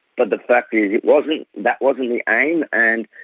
but the fact is it was me that wasn't the aim and.